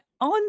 On